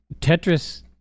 Tetris